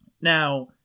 Now